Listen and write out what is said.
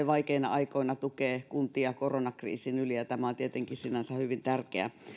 vaikeina aikoina tukee kuntia koronakriisin yli ja tämä on tietenkin sinänsä hyvin tärkeä